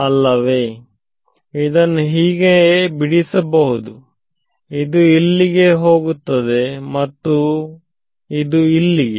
ಅಲ್ಲವೇ ಇದನ್ನು ಹೀಗೆ ಬಿಡಿಸಬಹುದು ಇದು ಇಲ್ಲಿಗೆ ಹೋಗುತ್ತದೆ ಮತ್ತು ಇದು ಇಲ್ಲಿಗೆ